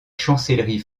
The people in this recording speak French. chancellerie